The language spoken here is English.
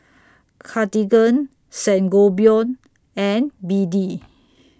Cartigain Sangobion and B D